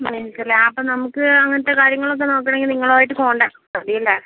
അങ്ങനെയായിരിക്കുംല്ലേ ആ അപ്പം നമുക്ക് അങ്ങനത്തെ കാര്യങ്ങളൊക്കെ നോക്കണമെങ്കിൽ നിങ്ങളുമായിട്ട് കോണ്ടാക്ട് ചെയ്താൽ മതിയല്ലേ